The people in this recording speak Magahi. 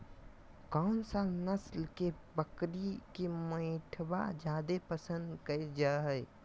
कौन सा नस्ल के बकरी के मीटबा जादे पसंद कइल जा हइ?